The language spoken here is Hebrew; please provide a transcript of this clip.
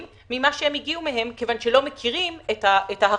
יותר ממה שהן הגיעו מהם כיוון שלא מכירים את ההכשרה